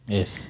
Yes